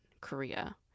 Korea